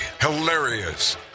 hilarious